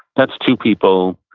that's two people,